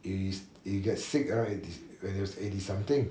he's he get sick ah when he was eighty something